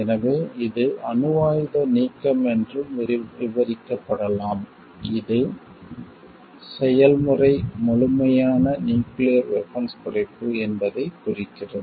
எனவே இது அணுவாயுத நீக்கம் என்றும் விவரிக்கப்படலாம் இது செயல்முறை முழுமையான நியூக்கிளியர் வெபன்ஸ் குறைப்பு என்பதைக் குறிக்கிறது